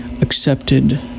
accepted